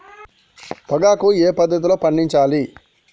పొగాకు ఏ పద్ధతిలో పండించాలి?